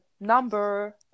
number